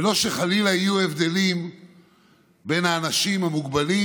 ולא שחלילה יהיו הבדלים בין האנשים המוגבלים